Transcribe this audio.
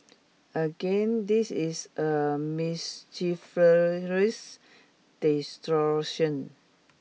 again this is a mischievous distortion